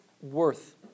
worth